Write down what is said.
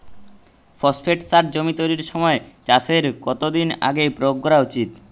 Phosphate সার জমি তৈরির সময় চাষের কত দিন আগে প্রয়োগ করা উচিৎ?